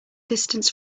distance